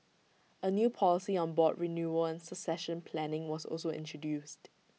A new policy on board renewal and succession planning was also introduced